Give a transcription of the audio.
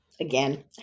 again